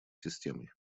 системой